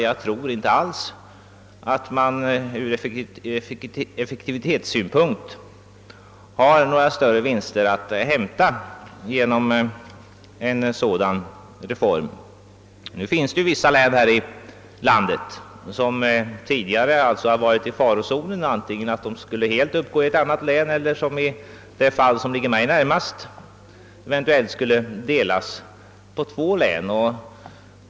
Jag tror nämligen inte att det ur effektivitetssynpunkt finns några större vinster att hämta i en sådan reform. Det finns här i landet vissa län, som tidigare har varit i farozonen. Antingen skulle länet helt uppgå i ett annat län, eller också — vilket är fallet i det län jag känner bäst till — skulle det delas på två län.